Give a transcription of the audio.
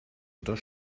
unter